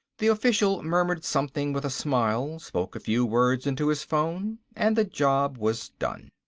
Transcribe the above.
the official murmured something with a smile, spoke a few words into his phone, and the job was done.